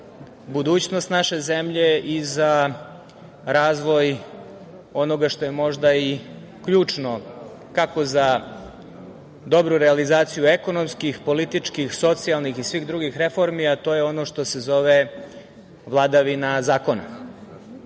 budućnost naše zemlje i za razvoj onoga što je možda i ključno kako za dobru realizaciju ekonomskih, političkih, socijalnih i svih drugih reformi, a to je ono što se zove vladavina zakona.